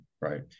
right